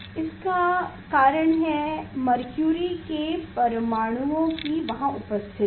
इसका कारण है मरक्युरि के परमाणुओं की वहाँ उपस्थिति